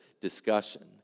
discussion